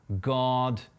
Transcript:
God